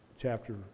chapter